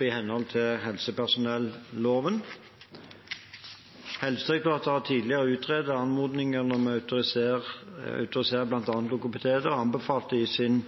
i henhold til helsepersonelloven. Helsedirektoratet har tidligere utredet anmodningen om å autorisere bl.a. logopeder og anbefalte i sin